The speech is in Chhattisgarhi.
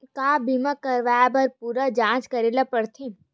का बीमा कराए बर पूरा जांच करेला पड़थे?